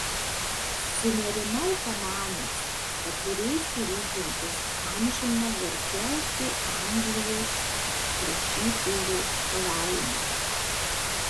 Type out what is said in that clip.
sunerimau pamaniusi kad turėsiu rūpintis amžina garsiausio anglijos rašytojo palaima